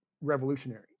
revolutionary